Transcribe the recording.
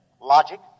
Logic